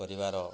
ପରିବାର